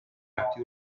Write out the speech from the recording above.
atti